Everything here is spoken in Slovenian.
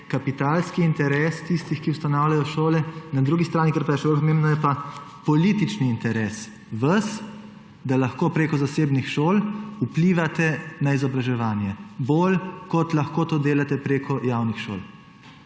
kapitalski interes tistih, ki ustanavljajo šole, na drugi strani, kar pa je še bolj pomembno, je pa politični interes vas, da lahko preko zasebnih šol vplivate na izobraževanje bolj, kot lahko to delate preko javnih šol.